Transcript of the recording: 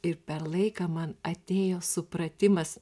ir per laiką man atėjo supratimas